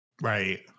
Right